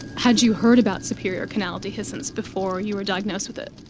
had you heard about superior canal dehiscence before you were diagnosed with it?